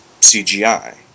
CGI